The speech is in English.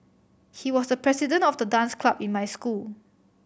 he was the president of the dance club in my school